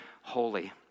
holy